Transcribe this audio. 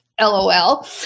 LOL